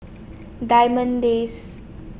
Diamond Days